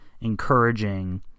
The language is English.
encouraging